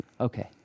Okay